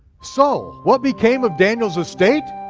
so, what became of daniel's estate?